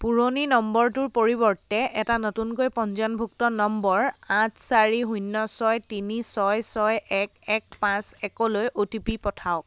পুৰণি নম্বৰটোৰ পৰিৱৰ্তে এটা নতুনকৈ পঞ্জীয়নভুক্ত নম্বৰ আঠ চাৰি শূন্য ছয় তিনি ছয় ছয় এক এক পাঁচ একলৈ অ' টি পি পঠিয়াওক